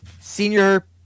senior